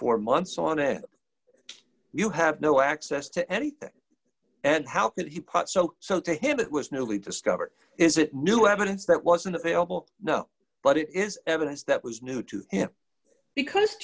for months on end you have no access to anything and how could you quote so so to him it was newly discovered is it new evidence that wasn't available no but it is evidence that was new to him because